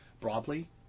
broadly